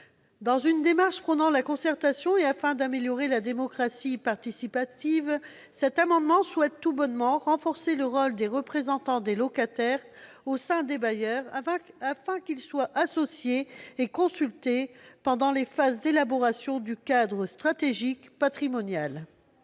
d'une démarche prônant la concertation et afin d'améliorer la démocratie participative, nous souhaitons, tout simplement, renforcer le rôle des représentants des locataires au sein des bailleurs. Il convient de les associer et de les consulter pendant les phases d'élaboration du cadre stratégique patrimonial.